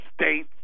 States